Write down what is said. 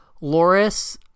Loris